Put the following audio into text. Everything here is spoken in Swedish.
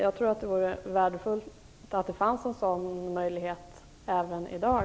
Jag tror att det vore värdefullt om det fanns en sådan möjlighet även i dag.